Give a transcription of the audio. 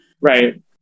Right